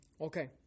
Okay